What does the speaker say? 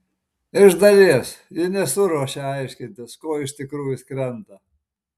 iš dalies ji nesiruošia aiškintis ko iš tikrųjų skrenda